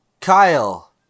Kyle